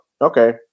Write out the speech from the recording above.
okay